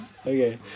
Okay